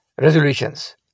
resolutions